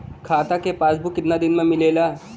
खाता के पासबुक कितना दिन में मिलेला?